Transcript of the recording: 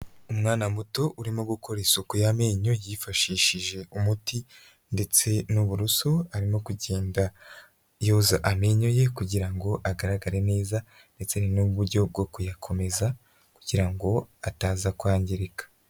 Umwana muto urimo gukora isuku y'amenyo yifashishije umuti ndetse n'uburuso, arimo kugenda yoza amenyo ye kugira ngo agaragare neza ndetse ni n'uburyo bwo kuyakomeza kugira ngo ataza kwangirika.